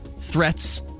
threats